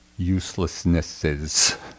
uselessnesses